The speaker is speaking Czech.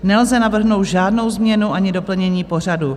Nelze navrhnout žádnou změnu ani doplnění pořadu.